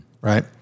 Right